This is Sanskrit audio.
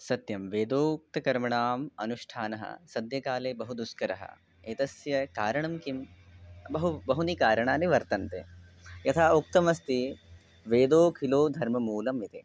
सत्यं वेदोक्तकर्मणाम् अनुष्ठानं सद्यःकाले बहु दुष्करः एतस्य कारणं किं बहु बहूनि कारणानि वर्तन्ते यथा उक्तम् अस्ति वेदोऽखिलो धर्ममूलम् इति